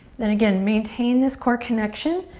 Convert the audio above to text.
then again, maintain this core connection.